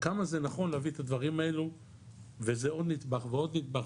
כמה זה נכון להביא את הדברים האלה וזה עוד נדבך ועוד נדבך